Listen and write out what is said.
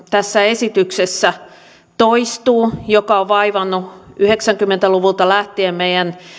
tässä esityksessä toistuu ja mikä on vaivannut yhdeksänkymmentä luvulta lähtien meidän